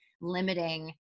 limiting